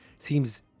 seems